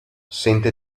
sente